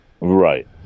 Right